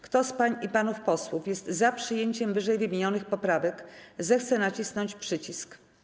Kto z pań i panów posłów jest za przyjęciem ww. poprawek, zechce nacisnąć przycisk.